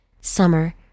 Summer